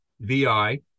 vi